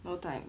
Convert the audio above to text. no time